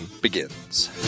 begins